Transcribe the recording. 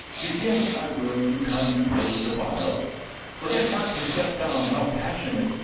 begin i will to contemplate the while forget not to set down, how passionate,